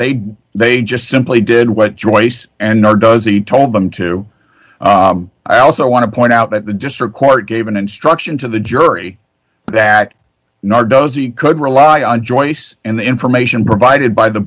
they they just simply did what joyce and nor does he told them to i also want to point out that the district court gave an instruction to the jury that nor does he could rely on joyce and the information provided by the